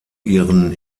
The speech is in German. ihren